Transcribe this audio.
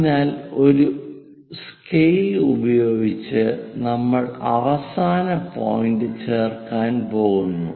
അതിനാൽ ഒരു സ്കെയിൽ ഉപയോഗിച്ച് നമ്മൾ അവസാന പോയിന്റ് ചേർക്കാൻ പോകുന്ന